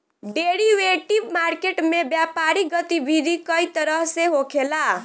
derivative market में व्यापारिक गतिविधि कई तरह से होखेला